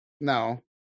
No